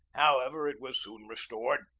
however, it was soon restored.